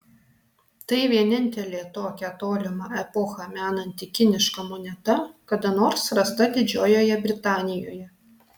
tai vienintelė tokią tolimą epochą menanti kiniška moneta kada nors rasta didžiojoje britanijoje